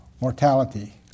Mortality